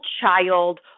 Child